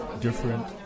different